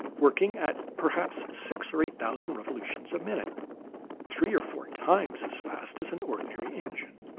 working at perhaps six or eight thousand revolutions a minute three or four times as fast as an ordinary engine.